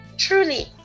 Truly